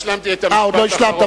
אני לא השלמתי את המשפט האחרון.